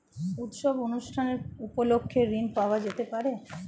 উৎসব অনুষ্ঠান উপলক্ষে ঋণ পাওয়া যেতে পারে?